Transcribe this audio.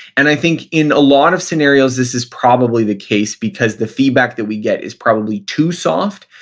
and i think in a lot of scenarios this is probably the case because the feedback that we get is probably too soft.